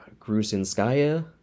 Grusinskaya